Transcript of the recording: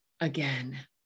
again